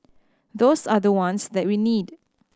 those are the ones that we need